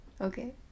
Okay